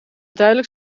duidelijk